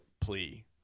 plea